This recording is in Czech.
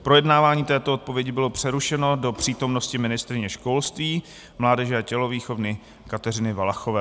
Projednávání této odpovědi bylo přerušeno do přítomnosti ministryně školství, mládeže a tělovýchovy Kateřiny Valachové.